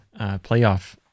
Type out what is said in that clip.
playoff